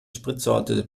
spritsorte